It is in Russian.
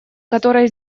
которые